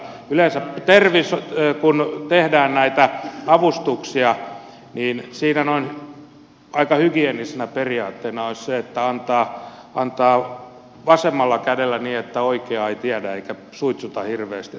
yleensä kun tehdään näitä avustuksia niin siinä noin aika hygieenisenä periaatteena olisi se että antaa vasemmalla kädellä niin että oikea ei tiedä eikä suitsuta hirveästi että tässä sitä nyt kehitysmaita kauheasti autetaan